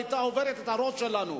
היתה עוברת את הראש שלנו.